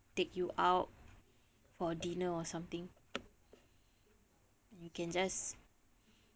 take you out for dinner or something you can just